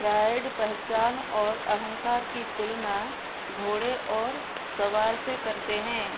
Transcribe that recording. fried पहचान और अहंकार की तुलना घोड़े और सवार से करते हैं